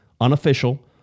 unofficial